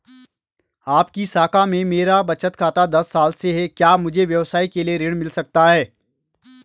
आपकी शाखा में मेरा बचत खाता दस साल से है क्या मुझे व्यवसाय के लिए ऋण मिल सकता है?